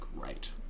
great